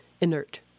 inert